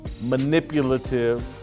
manipulative